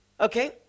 Okay